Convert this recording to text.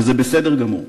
וזה בסדר גמור,